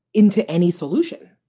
into any solution,